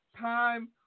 time